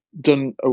done